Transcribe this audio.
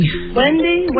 Wendy